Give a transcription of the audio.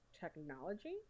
technology